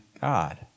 God